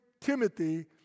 Timothy